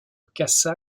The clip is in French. cassa